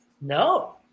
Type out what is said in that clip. No